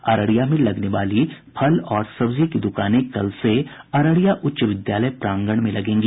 अररिया में लगने वाली फल और सब्जी की दुकानें कल से अररिया उच्च विद्यालय प्रांगण में लगेंगी